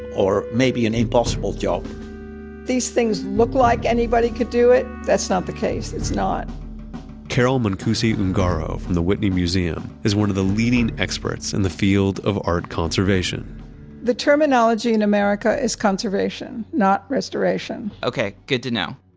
or maybe an impossible job these things look like anybody could do it. that's not the case. it's not carol mancusi-ungaro from the whitney museum is one of the leading experts in the field of art conservation the terminology in america is conservation, not restoration okay, good to know.